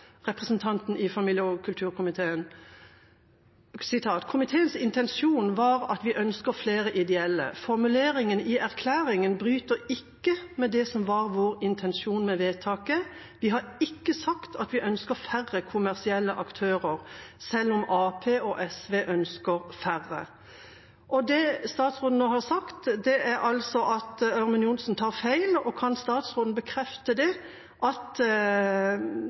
intensjon var at vi ønsker flere ideelle. Formuleringen i erklæringen bryter ikke med det som var vår intensjon og med vedtaket. Vi har ikke sagt at vi ikke ønsker kommersielle aktører, selv om Ap og SV ønsker færre.» Det statsråden nå har sagt, er altså at Ørmen Johnsen tar feil. Kan statsråden bekrefte at Ørmen Johnsen tar feil når hun hevder at